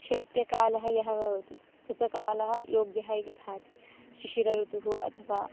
शैत्यकालः यः भवति स च कालः योग्यः इति भाति शिशिर ऋतुः अथवा